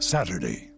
Saturday